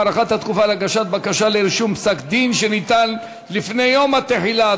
הארכת התקופה להגשת בקשה לרישום פסק-דין שניתן לפני יום התחילה),